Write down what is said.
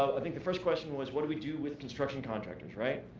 i think the first question was what do we do with construction contractors. right?